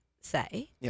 say